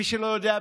מי שלא יודע,